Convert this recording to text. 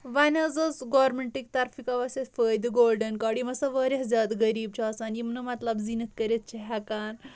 وۄنۍ حظ اوس گورمینٹٕکۍ طرفہٕ آو اَسہِ فٲیدٕ گولڈن کاڈ یِم ہسا واریاہ زیادٕ غریٖب چھِ آسان یِم نہٕ مطلب زیٖنِتھ کٔرِتھ چھِ ہٮ۪کان